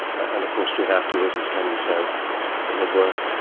and of course straight afterwards as camus says in his work,